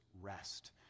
rest